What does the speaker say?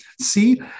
See